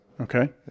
Okay